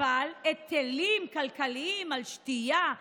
אבל היטלים כלכליים על שתייה,